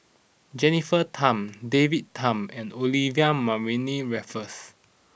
Jennifer Tham David Tham and Olivia Mariamne Raffles